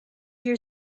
your